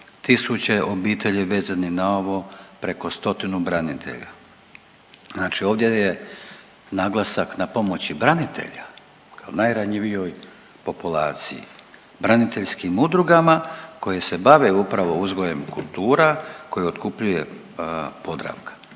tisuće obitelji vezano na ovu, preko stotinu branitelja. Znači ovdje je naglasak na pomoći branitelja kao najranjivijoj populaciji, braniteljskim udrugama koje se bave upravo uzgojem kultura koje otkupljuje Podravka,